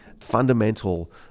fundamental